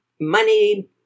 Money